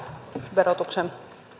verotuksen